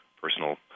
personal